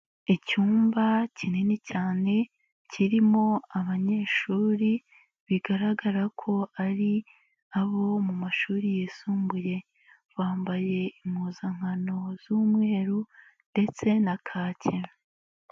Icyumba kinini cyane kirimo abanyeshuri bigaragara ko ari abo mu mashuri yisumbuye, bambaye impuzankano z'umweru ndetse na kaki.